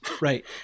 Right